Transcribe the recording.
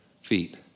feet